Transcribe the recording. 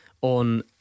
on